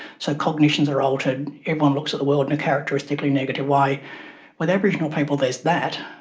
so cognitions are altered, everyone looks at the world in a characteristically negative way with aboriginal people there is that,